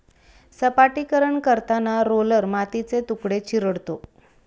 सपाटीकरण करताना रोलर मातीचे तुकडे चिरडतो